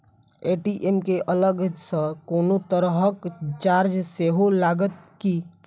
ATM केँ अलग सँ कोनो तरहक चार्ज सेहो लागत की?